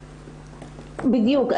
בדיוק.